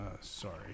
sorry